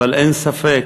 אבל אין ספק